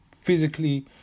physically